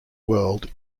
world